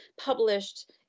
published